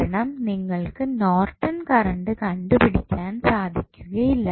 കാരണം നിങ്ങൾക്ക് Norton current കണ്ടുപിടിക്കാൻ സാധിക്കുകയില്ല